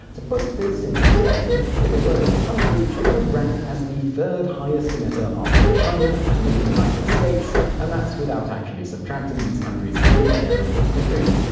to put this into perspective, if it were a country, it would rank as the third highest emitter after china and the united states and that's without actually subtracting these countries' own share of wasted food.